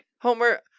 Homer